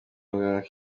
muganga